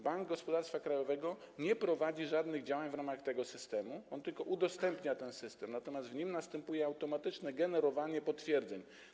Bank Gospodarstwa Krajowego nie prowadzi żadnych działań w ramach tego systemu, on tylko udostępnia ten system, natomiast w nim następuje automatyczne generowanie potwierdzeń.